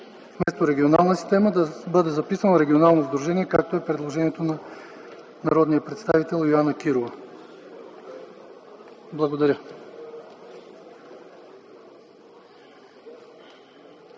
вместо „регионална система” да бъде записано „регионално сдружение”, както е предложението на народния представител Йоана Кирова. Благодаря.